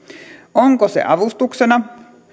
onko se avustuksena